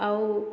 ଆଉ